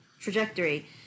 trajectory